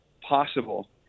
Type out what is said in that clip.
possible